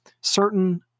Certain